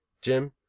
Jim